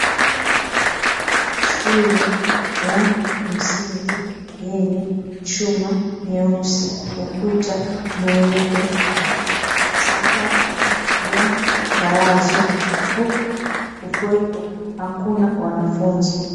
Shule ya msingi yenye chuma nyeusi ukuta mweupe sakafu ya talazo huku hakuna wanafunzi.